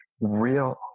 real